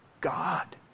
God